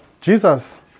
Jesus